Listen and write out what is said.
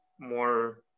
more